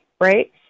right